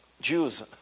Jews